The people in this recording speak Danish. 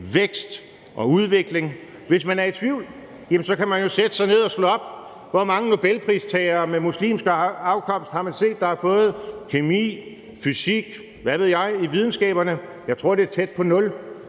vækst og udvikling. Hvis man er i tvivl, kan man jo sætte sig ned og slå op, hvor mange nobelpristagere med muslimsk herkomst man har set få prisen i kemi, fysik, videnskab, og hvad ved jeg. Jeg tror, det er tæt på nul.